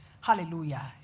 Hallelujah